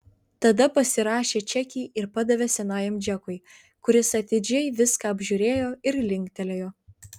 tada pasirašė čekį ir padavė senajam džekui kuris atidžiai viską apžiūrėjo ir linktelėjo